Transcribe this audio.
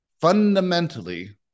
fundamentally